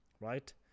right